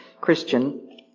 Christian